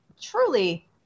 truly